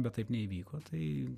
bet taip neįvyko tai